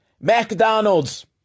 McDonald's